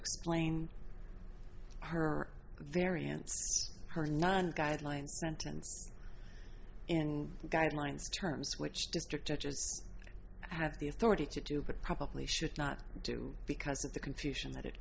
explain her variance her nine guidelines sentence and guidelines terms which district judges have the authority to do but probably should not do because of the confusion that it